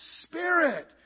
Spirit